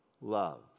love